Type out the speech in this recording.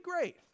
great